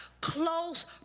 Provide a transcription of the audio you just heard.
close